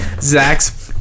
Zach's